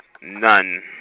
None